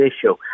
issue